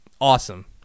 awesome